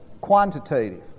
quantitative